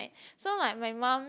so like my mum